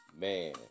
Man